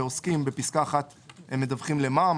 ועוסקים בפסקה (1) מדווחים למע"מ.